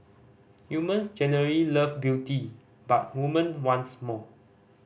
humans generally love beauty but women wants more